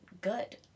good